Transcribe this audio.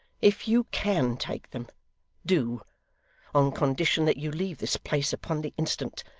if you can take them do on condition that you leave this place upon the instant,